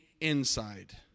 inside